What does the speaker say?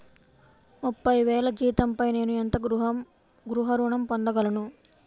ముప్పై వేల జీతంపై నేను ఎంత గృహ ఋణం పొందగలను?